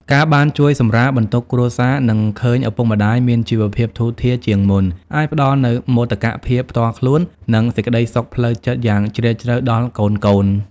ការបានជួយសម្រាលបន្ទុកគ្រួសារ និងឃើញឪពុកម្ដាយមានជីវភាពធូរធារជាងមុន អាចផ្ដល់នូវមោទកភាពផ្ទាល់ខ្លួន និងសេចក្ដីសុខផ្លូវចិត្តយ៉ាងជ្រាលជ្រៅដល់កូនៗ។